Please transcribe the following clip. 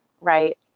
right